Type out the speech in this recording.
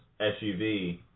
SUV